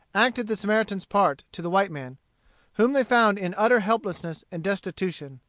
acted the samaritan's part to the white man whom they found in utter helplessness and destitution.